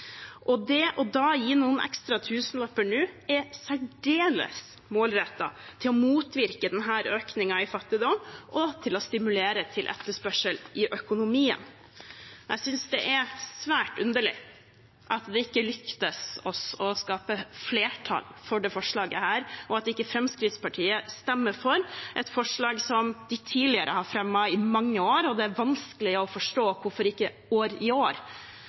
Det å gi noen ekstra tusenlapper nå er særdeles målrettet for å motvirke denne økningen i fattigdom og stimulere til etterspørsel i økonomien. Jeg synes det er svært underlig at det ikke lyktes oss å skape flertall for dette forslaget, og at ikke Fremskrittspartiet stemmer for et forslag som de tidligere har fremmet i mange år. Det er vanskelig å forstå hvorfor ikke